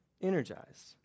energized